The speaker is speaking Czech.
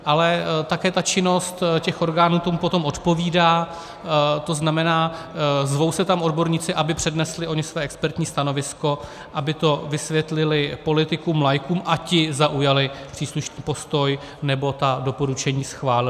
Ale také činnost těch orgánů tomu potom odpovídá, tzn. zvou se tam odborníci, aby přednesli oni své expertní stanovisko, aby to vysvětlili politikům laikům a ti zaujali příslušný postoj nebo ta doporučení schválili.